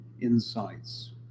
insights